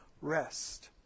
rest